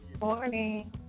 Morning